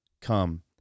come